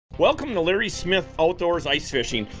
welcome to larry smith outdoors ice fishing.